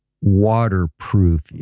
waterproof